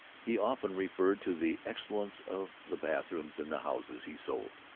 he often referred to the excellence of the bathrooms in the houses he sold.